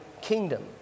kingdom